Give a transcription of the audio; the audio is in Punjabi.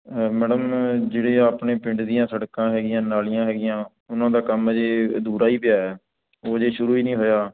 ਮੈਡਮ ਜਿਹੜੇ ਆਪਣੇ ਪਿੰਡ ਦੀਆਂ ਸੜਕਾਂ ਹੈਗੀਆਂ ਨਾਲੀਆਂ ਹੈਗੀਆਂ ਉਹਨਾਂ ਦਾ ਕੰਮ ਅਜੇ ਅਧੂਰਾ ਹੀ ਪਿਆ ਉਹ ਅਜੇ ਸ਼ੁਰੂ ਹੀ ਨਹੀਂ ਹੋਇਆ